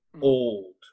old